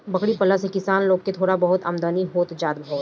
बकरी पालला से किसान लोग के थोड़ा बहुत आमदनी हो जात हवे